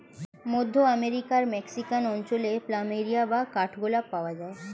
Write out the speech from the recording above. মধ্য আমেরিকার মেক্সিকান অঞ্চলে প্ল্যামেরিয়া বা কাঠ গোলাপ পাওয়া যায়